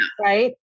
Right